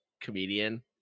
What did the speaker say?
comedian